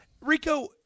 Rico